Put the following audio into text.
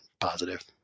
positive